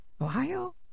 Ohio